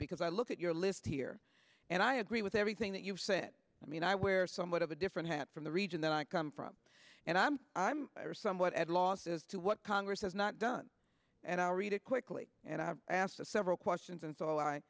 because i look at your list here and i agree with everything that you've said i mean i wear somewhat of a different hat from the region that i come from and i'm i'm somewhat at a loss as to what congress has not done and i'll read it quickly and i've asked several questions and